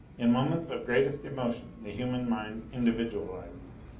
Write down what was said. in moments of greatest emotion the human mind individualizes.